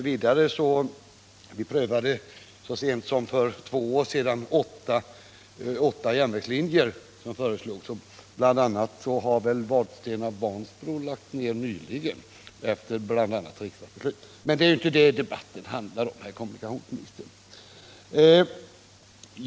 Vi prövade så sent som för två år sedan åtta järnvägslinjer, och bl.a. har väl trafiken till Vadstena och Fågelsta lagts ned nyligen efter riksdagsbeslut. Men det är inte det debatten handlar om, herr kommunikationsminister.